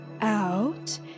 out